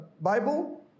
Bible